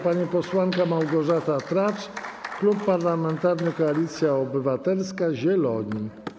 Pani posłanka Małgorzata Tracz, Klub Parlamentarny Koalicja Obywatelska - Zieloni.